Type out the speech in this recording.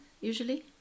usually